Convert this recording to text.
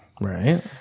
right